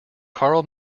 karl